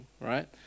right